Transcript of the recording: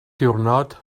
diwrnod